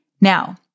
Now